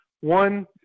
One –